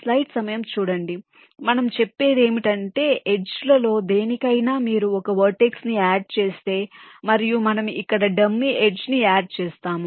కాబట్టి మనము చెప్పేది ఏమిటంటే ఎడ్జ్ లలో దేనికైనా మీరు ఒక వెర్టెక్స్ ని యాడ్ చేస్తే మరియు మనము ఇక్కడ డమ్మీ ఎడ్జ్ ని యాడ్ చేస్తాము